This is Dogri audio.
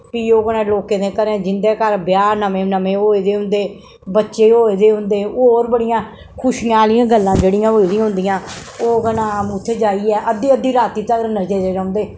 फ्ही ओ कन्नै लोकें दे घरें जिं'दे घर ब्याह् नमें न में होए दे होंदे बच्चे होए दे होंदे और बड़ियां खुशियां आह्लियां गल्लां जेह्ड़ियां होए दियां होन्दियां ओ क नाम उत्थै जाइयै अद्दी अद्दी राती जाइयै नचदे रौंह्दे